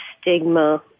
stigma